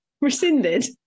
Rescinded